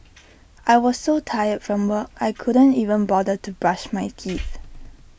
I was so tired from work I couldn't even bother to brush my teeth